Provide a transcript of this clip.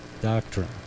doctrine